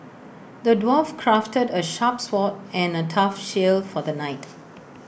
the dwarf crafted A sharp sword and A tough shield for the knight